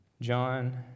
John